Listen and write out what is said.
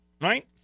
right